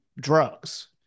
drugs